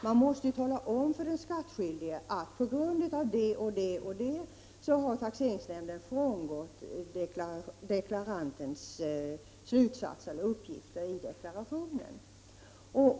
Man måste ju tala om för den skattskyldige på vilka grunder taxeringsnämnden frångått deklarantens uppgift i deklarationen.